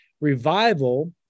revival